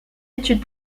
étude